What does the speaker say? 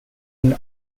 and